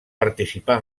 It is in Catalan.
participar